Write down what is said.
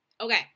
Okay